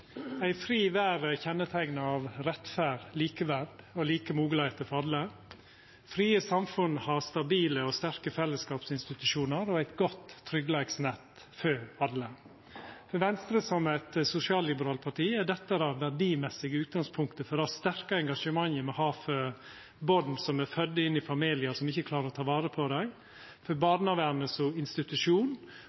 Ei fri verd er kjenneteikna av rettferd, likeverd og like moglegheiter for alle. Frie samfunn har stabile og sterke fellesskapsinstitusjonar og eit godt tryggleiksnett for alle. For Venstre, som er eit sosialliberalt parti, er dette det verdimessige utgangspunktet for det sterke engasjementet me har for barn som er fødde inn i familiar som ikkje klarer å ta vare på dei, for barnevernet som institusjon, og